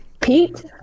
Pete